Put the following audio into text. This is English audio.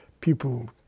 people